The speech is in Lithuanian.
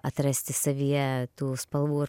atrasti savyje tų spalvų ir